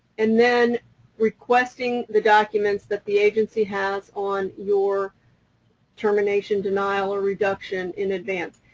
and then requesting the documents that the agency has on your termination, denial, or reduction in advance.